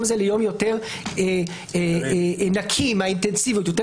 הזה ליום יותר נקי מהאינטנסיביות יחסית,